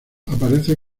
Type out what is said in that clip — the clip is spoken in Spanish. aparece